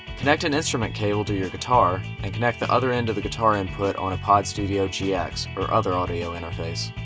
connect an instrument cable to your guitar and connect the other end to the guitar input on a pod studio gx or other audio interface.